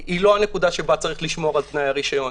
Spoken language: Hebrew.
היא לא זו שבה צריך לשמור על תנאי הרשיון.